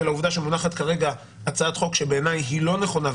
לקבוע נהלים כאלה כאשר התקנות בכלל אומרות שאפשר להוציא פריט